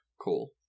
Cool